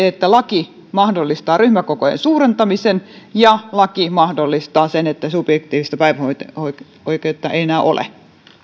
että laki mahdollistaa ryhmäkokojen suurentamisen ja laki mahdollistaa sen että subjektiivista päivähoito oikeutta ei enää ole